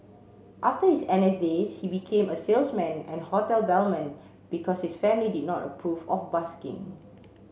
after his N S days he became a salesman and hotel bellman because his family did not approve of busking